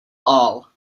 all